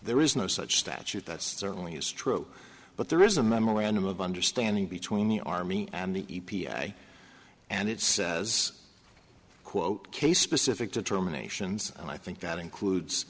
there is no such statute that certainly is true but there is a memorandum of understanding between the army and the e p a and it says quote case specific determinations and i think that includes